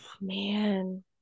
Man